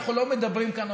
אנחנו לא מדברים כאן,